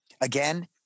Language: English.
Again